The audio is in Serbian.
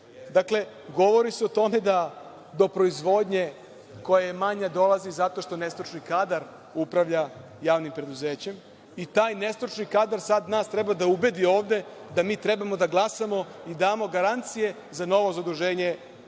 tako. Dakle, govori se o tome da do proizvodnje koja je manja dolazi zato što nestručni kadar upravlja javnim preduzećem i taj nestručni kadar sada nas treba da ubedi ovde da mi treba da glasamo i damo garancije za novo zaduženje